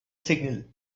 signal